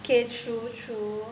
k true true